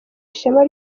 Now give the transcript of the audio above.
ishema